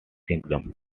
kingdom